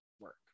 work